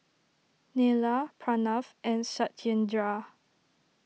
Neila Pranav and Satyendra